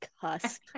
cuss